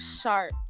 sharp